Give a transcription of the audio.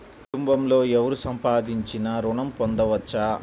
కుటుంబంలో ఎవరు సంపాదించినా ఋణం పొందవచ్చా?